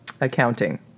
accounting